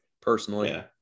personally